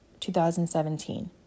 2017